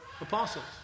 apostles